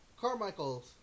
Carmichael's